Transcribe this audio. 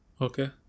Okay